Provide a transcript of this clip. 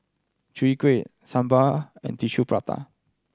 Chwee Kueh sambal and Tissue Prata